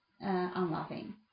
unloving